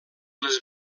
les